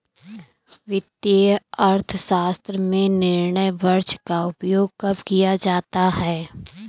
वित्तीय अर्थशास्त्र में निर्णय वृक्ष का उपयोग कब किया जाता है?